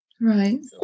Right